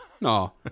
no